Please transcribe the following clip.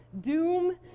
doom